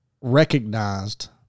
recognized